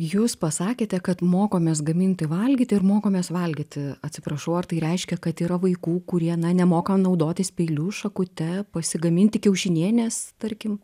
jūs pasakėte kad mokomės gaminti valgyti ir mokomės valgyti atsiprašau ar tai reiškia kad yra vaikų kurie na nemoka naudotis peiliu šakute pasigaminti kiaušinienės tarkim